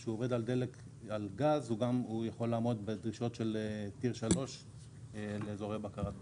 כשהוא עובד על גז הוא יכול לעמוד בדרישות של Tier 3 לאזורי בקרת פליטה.